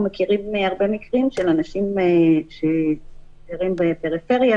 אנחנו מכירים הרבה מקרים של אנשים שגרים בפריפריה,